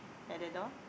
at that door